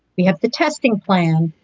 we have the testing plan,